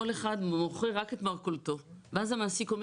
כל אחד מוכר רק את מרכולתו ואז המעסיק אומר